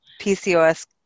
PCOS